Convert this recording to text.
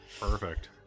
Perfect